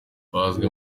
bazwi